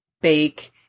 bake